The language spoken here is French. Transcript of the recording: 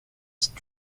c’est